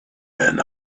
men